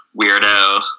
weirdo